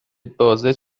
بازه